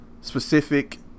specific